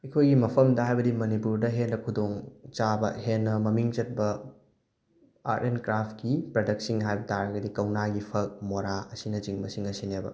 ꯑꯩꯈꯣꯏꯒꯤ ꯃꯐꯝꯗ ꯍꯥꯏꯕꯗꯤ ꯃꯅꯤꯄꯨꯔꯗ ꯍꯦꯟꯅ ꯈꯨꯗꯣꯡ ꯆꯥꯕ ꯍꯦꯟꯅ ꯃꯃꯤꯡ ꯆꯠꯄ ꯑꯥꯔꯠ ꯑꯦꯟ ꯀ꯭ꯔꯥꯐꯀꯤ ꯄ꯭ꯔꯗꯛꯁꯤꯡ ꯍꯥꯏꯕ ꯇꯥꯔꯒꯗꯤ ꯀꯧꯅꯥꯒꯤ ꯐꯛ ꯃꯣꯔꯥ ꯑꯁꯤꯅ ꯆꯤꯡꯕꯁꯤꯡ ꯑꯁꯤꯅꯦꯕ